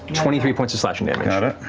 twenty three points of slashing damage got it.